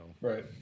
Right